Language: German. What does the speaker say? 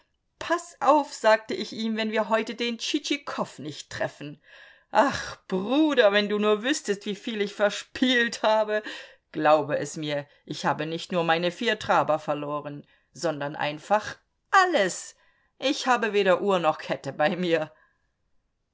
paß auf sage ich ihm wenn wir heute den tschitschikow nicht treffen ach bruder wenn du nur wüßtest wieviel ich verspielt habe glaube es mir ich habe nicht nur meine vier traber verloren sondern einfach alles ich habe weder uhr noch kette bei mir